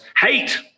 hate